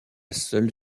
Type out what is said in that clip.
seule